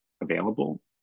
available